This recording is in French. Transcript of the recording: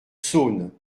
saône